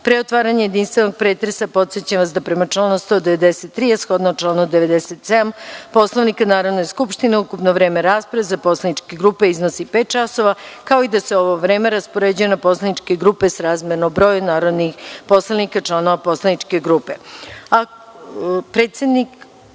otvaranja jedinstvenog pretresa, podsećam vas da prema članu 193. a shodno članu 97. Poslovnika Narodne skupštine, ukupno vreme rasprave za poslaničke grupe iznosi pet časova, kao i da se ovo vreme raspoređuje na poslaničke grupe srazmerno broju narodnih poslanika članova poslaničke grupe. Molim